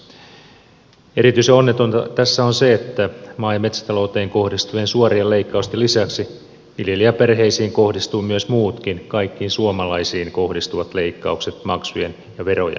erityisen onnetonta tässä on se että maa ja metsätalouteen kohdistuvien suorien leikkausten lisäksi viljelijäperheisiin kohdistuvat myös muut kaikkiin suomalaisiin kohdistuvat leikkaukset maksujen ja verojen korotukset